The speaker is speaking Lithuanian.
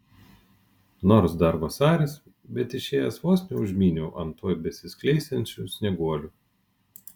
nors dar vasaris bet išėjęs vos neužmyniau ant tuoj besiskleisiančių snieguolių